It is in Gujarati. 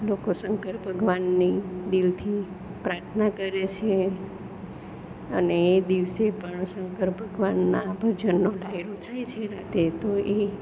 લોકો શંકર ભગવાનની દિલથી પ્રાર્થના કરે છે અને એ દિવસે પણ શંકર ભગવાનના ભજનનો ડાયરો થાય છે રાતે તો એ